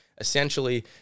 essentially